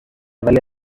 ولی